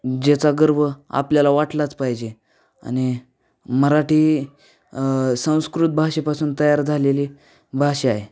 ज्याचा गर्व आपल्याला वाटलाच पाहिजे आणि मराठी संस्कृत भाषेपासून तयार झालेली भाषा आहे